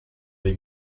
dei